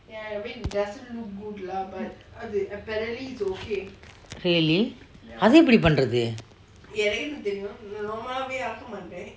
really அதே எப்டி பன்னேறேதே:ate epti pannerete